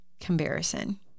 Comparison